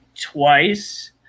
Twice